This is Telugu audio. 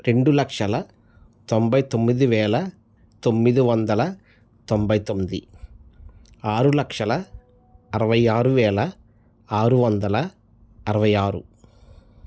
రెండు లక్షల తొంబై తొమ్మిది వేల తొమ్మిది వందల తొంబై తొమ్మిది ఆరు లక్షల అరవై ఆరు వేల ఆరు వందల అరవై ఆరు